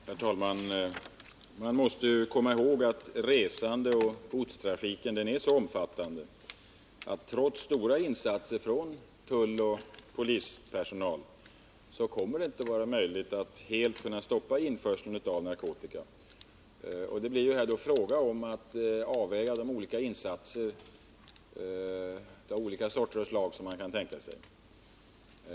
Herr talman! Man måste komma ihåg att resandeoch godstrafiken är så omfattande att det trots stora insatser från tulloch polispersonal inte kommer att vara möjligt att helt stoppa införseln av narkotika. Det blir då fråga om att avväga de insatser av olika slag som man kan tänka sig.